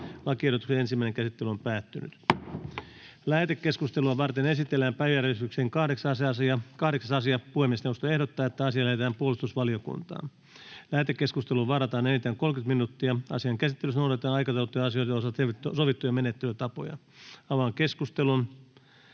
perusopetuslain muuttamisesta Time: N/A Content: Lähetekeskustelua varten esitellään päiväjärjestyksen 16. asia. Puhemiesneuvosto ehdottaa, että asia lähetetään sivistysvaliokuntaan. Lähetekeskusteluun varataan enintään 30 minuuttia. Asian käsittelyssä noudatetaan aikataulutettujen asioiden osalta sovittuja menettelytapoja. Avaan keskustelun.